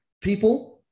people